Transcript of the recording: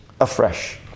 afresh